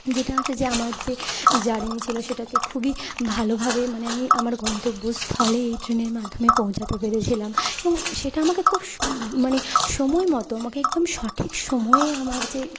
যেটা হচ্ছে যে আমার যে জার্নি ছিল সেটাকে খুবই ভালোভাবে মানে আমি আমার গন্তব্যস্থলে এই ট্রেনের মাধ্যমে পৌঁছাতে পেরেছিলাম এবং সেটা আমাকে খুব মানে সময় মতো আমাকে একদম সঠিক সময়ে আমার যে